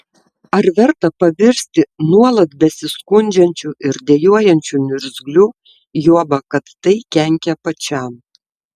ar verta pavirsti nuolat besiskundžiančiu ir dejuojančiu niurgzliu juoba kad tai kenkia pačiam